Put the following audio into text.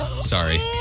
sorry